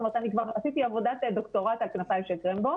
זאת אומרת אני כבר עשיתי עבודת דוקטורט על 'כנפיים של קרמבו'